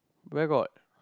where got